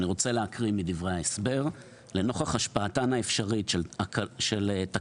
אני רוצה להקריא מדברי ההסבר: "לנוכח השפעתן האפשרית של תקלות